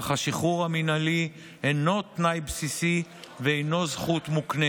אך השחרור המינהלי אינו תנאי בסיסי ואינו זכות מוקנית.